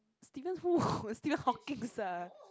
Steven who Steven-Hawkings ah